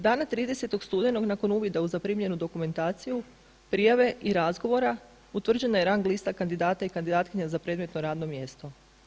Dana 30. studenog nakon uvida u zaprimljenu dokumentaciju prijave i razgovora utvrđena je rang lista kandidata i kandidatkinja za predmetno radno mjesto.